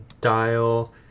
dial